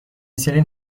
سیلین